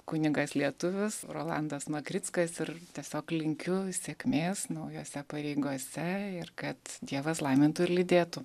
kunigas lietuvis rolandas makrickas ir tiesiog linkiu sėkmės naujose pareigose ir kad dievas laimintų ir lydėtų